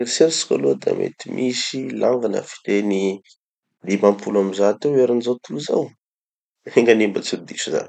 Gny eritseritsiko aloha da mety misy langues na fiteny dimam-polo amy zato eo eran'izao tontolo izao. Enganie mba tsy ho diso zaho.